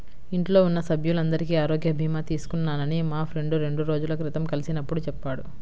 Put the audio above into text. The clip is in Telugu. ఇంట్లో ఉన్న సభ్యులందరికీ ఆరోగ్య భీమా తీసుకున్నానని మా ఫ్రెండు రెండు రోజుల క్రితం కలిసినప్పుడు చెప్పాడు